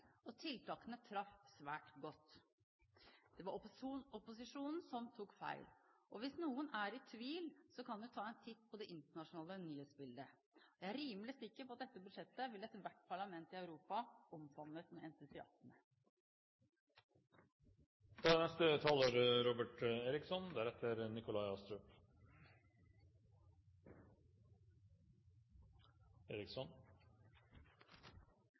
og tiltakene traff svært godt. Det var opposisjonen som tok feil. Og hvis noen er i tvil, kan de jo ta en titt på det internasjonale nyhetsbildet. Jeg er rimelig sikker på at dette budsjettet ville ethvert parlament i Europa omfavnet med